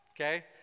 okay